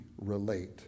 relate